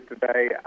today